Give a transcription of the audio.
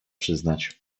przyznać